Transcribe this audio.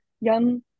young